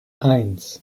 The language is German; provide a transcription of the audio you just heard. eins